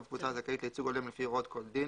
קבוצה הזכאית לייצוג הולם לפי הוראות כל דין,